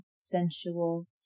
sensual